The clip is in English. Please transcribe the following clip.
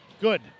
Good